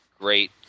great